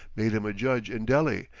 made him a judge in delhi,